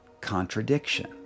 contradiction